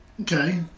Okay